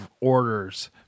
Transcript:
orders